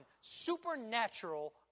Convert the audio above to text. supernatural